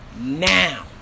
now